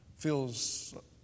feels